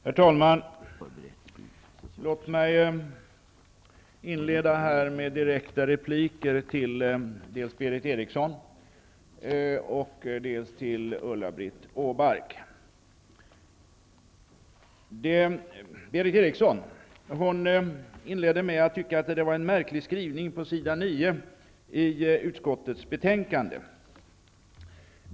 Herr talman! Låt mig inleda med direkta repliker på Berith Erikssons och Ulla-Britt Åbarks anföranden. Berith Eriksson inledde med att säga att det var en märklig skrivning på s. 9 i utskottets betänkande.